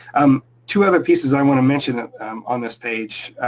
um two other pieces i wanna mention on this page.